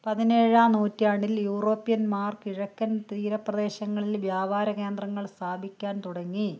പതിനേഴാം നൂറ്റാണ്ടിൽ യൂറോപ്യന്മാർ കിഴക്കൻ തീരപ്രദേശങ്ങളിൽ വ്യാപാരകേന്ദ്രങ്ങൾ സ്ഥാപിക്കാൻ തുടങ്ങി